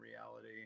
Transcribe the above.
reality